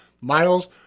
Miles